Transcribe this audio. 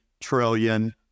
trillion